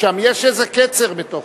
יש איזה קצר בתוכו,